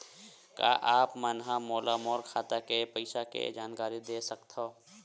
का आप मन ह मोला मोर खाता के पईसा के जानकारी दे सकथव?